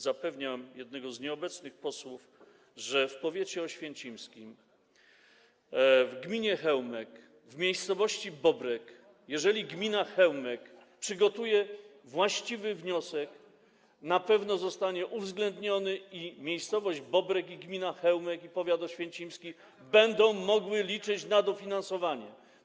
Zapewniam jednego z nieobecnych posłów co do powiatu oświęcimskiego, gminy Chełmek, miejscowości Bobrek, że jeżeli gmina Chełmek przygotuje właściwy wniosek, to na pewno zostanie on uwzględniony i miejscowość Bobrek, gmina Chełmek i powiat oświęcimski będą mogły liczyć na dofinansowanie.